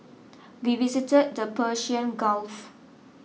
we visited the Persian Gulf